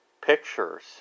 pictures